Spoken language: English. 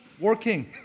working